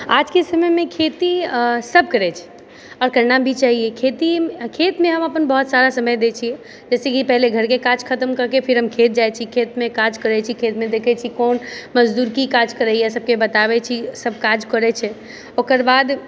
आजके समयमे खेती सब करै छै आओर करना भी चाही खेती खेतमे हम अपन बहुत सारा समय दै छी जैसेकी पहिले घरके सब काज खतम करके फिर हम खेत जाइ छी खेतमे काज करै छी खेतमे देखै छी कोन मजदुर की काज करैए सबके बताबै छी सब काज करै छै ओकरबाद